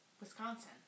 Wisconsin